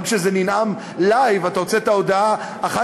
גם כשזה ננאם "לייב" הוצאת הודעה אחר